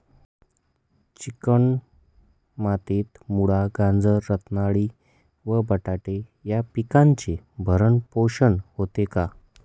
Chicken मातीत मुळा, गाजर, रताळी व बटाटे या पिकांचे भरण पोषण होते का?